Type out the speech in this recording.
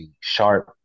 sharp